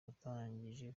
watangije